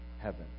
heaven